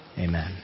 amen